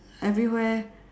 everywhere